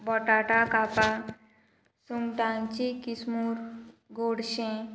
बोटाटा कापां सुंगटांची किसमूर गोडशें